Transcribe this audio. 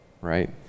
right